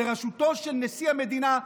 בראשותו של נשיא המדינה,